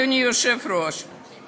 אדוני היושב-ראש,